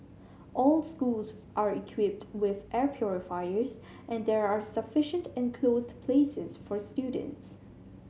all schools are equipped with air purifiers and there are sufficient enclosed places for students